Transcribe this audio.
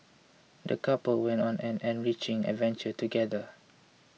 the couple went on an enriching adventure together